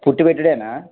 పుట్టి పెట్టుడేనా